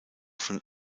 von